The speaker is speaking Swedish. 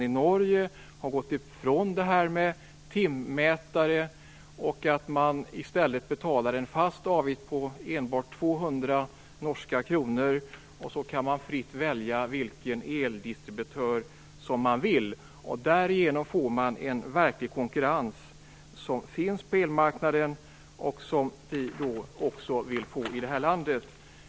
I Norge har man gått ifrån timmätarna och betalar i stället en fast avgift på enbart 200 norska kronor. Sedan kan hushållen fritt välja vilken eldistributör de vill. Därigenom uppnås en verklig konkurrens på elmarknaden. Det är den vi vill ha också i Sverige.